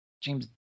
james